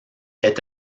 est